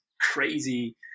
crazy